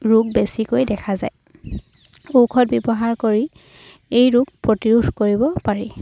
ৰোগ বেছিকৈ দেখা যায় ঔষধ ব্যৱহাৰ কৰি এই ৰোগ প্ৰতিৰোধ কৰিব পাৰি